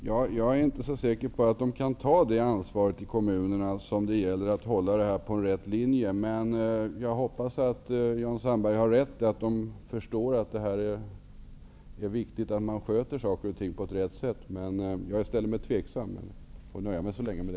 Herr talman! Jag är inte så säker på att kommunerna kan ta ansvaret att sköta parkeringsverksamheten efter rätta linjer, men jag hoppas att Jan Sandberg har rätt och att kommunerna förstår att det är viktigt att sköta saker och ting på rätt sätt. Jag får nöja mig med det så länge.